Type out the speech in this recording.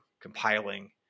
compiling